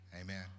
Amen